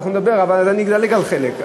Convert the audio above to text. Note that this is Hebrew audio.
אז אני אדלג על חלק.